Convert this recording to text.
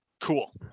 Cool